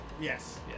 Yes